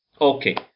Okay